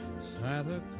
Santa